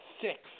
six